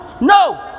no